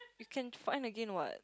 he can find again what